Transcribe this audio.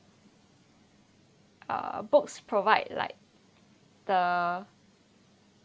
uh books provide like the